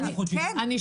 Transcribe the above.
זה